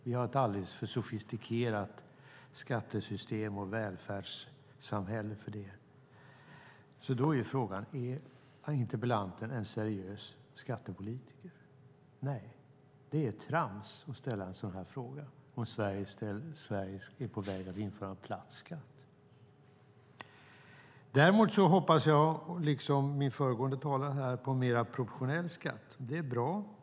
Vi har ett alldeles för sofistikerat skattesystem och välfärdssamhälle för det. Då blir frågan: Är interpellanten en seriös skattepolitiker? Nej, det är trams att ställa en sådan här fråga om Sverige är på väg att införa platt skatt. Däremot hoppas jag, liksom föregående talare, på en mer proportionell skatt. Det är bra.